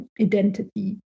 identity